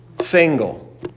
single